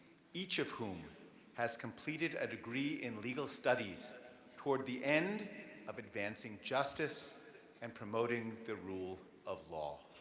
each of whom has completed a degree in legal studies towards the end of advancing justice and promoting the rule of law.